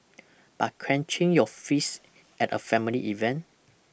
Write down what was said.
but clenching your fists at a family event